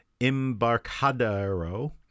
Embarcadero